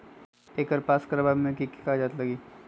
एकर पास करवावे मे की की कागज लगी?